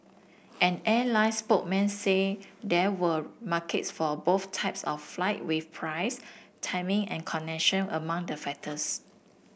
an airline spokesman say there were markets for both types of flight with price timing and connection among the factors